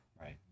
Right